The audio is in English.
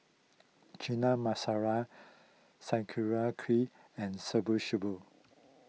Chana Masala Sauerkraut and Shabu Shabu